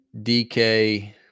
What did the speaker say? DK